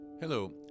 Hello